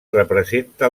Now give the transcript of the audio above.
representa